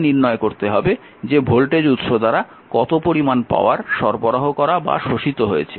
এখানে নির্ণয় করতে হবে যে ভোল্টেজ উৎস দ্বারা কত পরিমান পাওয়ার সরবরাহ করা বা শোষিত হয়েছে